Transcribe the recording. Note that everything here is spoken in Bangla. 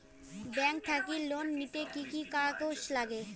ব্যাংক থাকি লোন নিতে কি কি কাগজ নাগে?